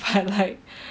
but like